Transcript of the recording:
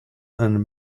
and